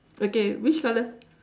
okay which colour